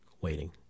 waiting